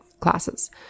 classes